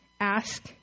Ask